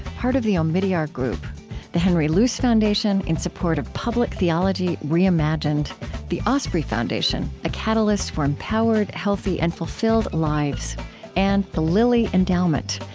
part of the omidyar group the henry luce foundation, in support of public theology reimagined the osprey foundation, a catalyst for empowered, healthy, and fulfilled lives and the lilly endowment,